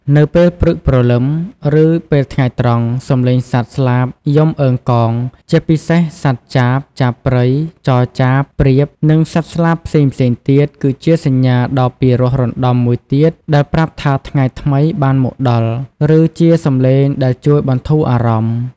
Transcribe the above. នៅពេលព្រឹកព្រលឹម ឬពេលថ្ងៃត្រង់ សំឡេងសត្វស្លាបយំអឺងកង ជាពិសេសសត្វចាប ចាបព្រៃ ចចាប ព្រាប និងសត្វស្លាបផ្សេងៗទៀត គឺជាសញ្ញាដ៏ពិរោះរណ្ដំមួយទៀតដែលប្រាប់ថាថ្ងៃថ្មីបានមកដល់ ឬជាសំឡេងដែលជួយបន្ធូរអារម្មណ៍។